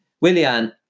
Willian